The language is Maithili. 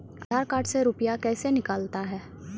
आधार कार्ड से रुपये कैसे निकलता हैं?